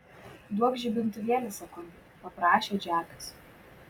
duokš žibintuvėlį sekundei paprašė džekas